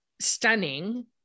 stunning